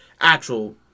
actual